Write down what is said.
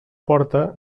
porta